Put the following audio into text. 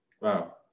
wow